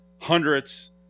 hundreds